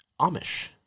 Amish